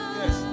yes